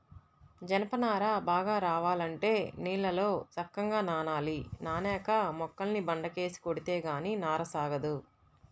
జనప నార బాగా రావాలంటే నీళ్ళల్లో సక్కంగా నానాలి, నానేక మొక్కల్ని బండకేసి కొడితే గానీ నార సాగదు